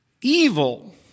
evil